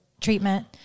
treatment